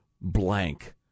blank